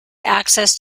access